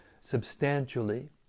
substantially